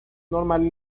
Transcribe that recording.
normal